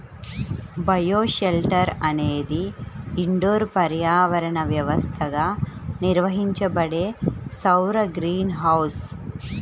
bioshelter అనేది indoor పర్యావరణ వ్యవస్థగా నిర్వహించబడే సౌర గ్రీన్ హౌస్